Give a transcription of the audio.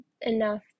enough